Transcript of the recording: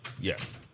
Yes